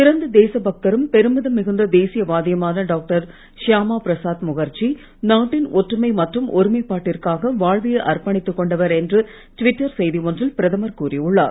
சிறந்த தேசபக்தரும் பெருமிதம் மிகுந்த தேசியவாதியுமான டாக்டர் ஷியாமா பிரசாத் முகர்ஜி நாட்டின் ஒற்றுமை மற்றும் ஒருமைப்பாட்டிற்காக வாழ்வையே அர்ப்பணித்துக் கொண்டவர் என்று டுவிட்டர் செய்தி ஒன்றில் பிரதமர் கூறியுள்ளார்